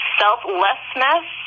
selflessness